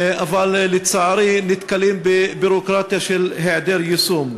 אבל, לצערי, נתקלים בביורוקרטיה של היעדר יישום.